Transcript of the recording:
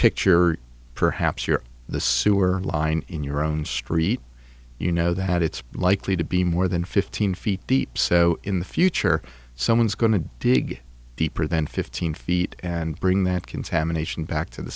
picture or perhaps you're the sewer line in your own street you know that it's likely to be more than fifteen feet deep so in the future someone is going to dig deeper than fifteen feet and bring that contamination back to the